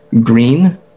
green